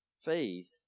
Faith